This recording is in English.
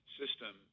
system